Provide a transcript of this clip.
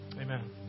Amen